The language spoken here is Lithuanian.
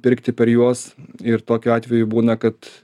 pirkti per juos ir tokiu atveju būna kad